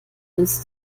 ins